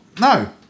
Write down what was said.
no